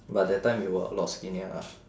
but that time you were a lot skinnier lah